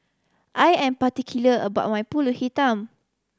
I am particular about my Pulut Hitam